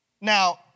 Now